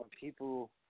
people